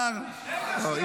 די --- רגע,